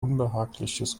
unbehagliches